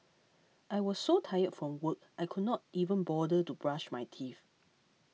I was so tired from work I could not even bother to brush my teeth